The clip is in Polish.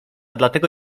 dlatego